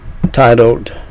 titled